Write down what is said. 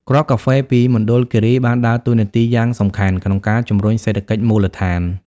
គ្រាប់កាហ្វេពីមណ្ឌលគិរីបានដើរតួនាទីយ៉ាងសំខាន់ក្នុងការជំរុញសេដ្ឋកិច្ចមូលដ្ឋាន។